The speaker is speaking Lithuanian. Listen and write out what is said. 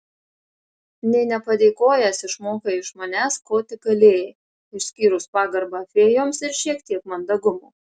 nė nepadėkojęs išmokai iš manęs ko tik galėjai išskyrus pagarbą fėjoms ir šiek tiek mandagumo